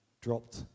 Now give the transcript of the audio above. dropped